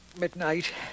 midnight